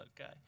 okay